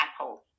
apples